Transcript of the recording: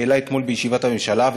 שהעלה אתמול בישיבת הממשלה,